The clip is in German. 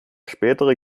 spätere